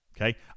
Okay